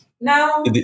No